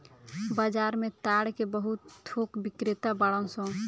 बाजार में ताड़ के बहुत थोक बिक्रेता बाड़न सन